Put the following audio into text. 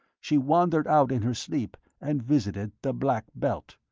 she wandered out in her sleep and visited the black belt.